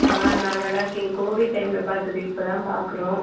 ஆ நான் நல்லாயிருக்கேன் கோவிட் டைமில் பார்த்தது இப்போ தான் பார்க்குறோம்